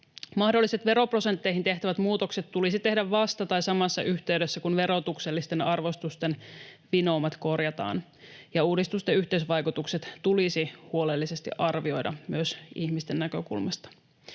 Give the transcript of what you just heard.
Mahdolliset veroprosentteihin tehtävät muutokset tulisi tehdä vasta tai samassa yhteydessä, kun verotuksellisten arvostusten vinoumat korjataan. Uudistusten yhteisvaikutukset tulisi huolellisesti arvioida myös ihmisten näkökulmasta.